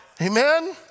Amen